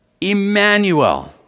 Emmanuel